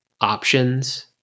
options